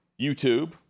YouTube